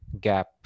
gap